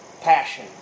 passion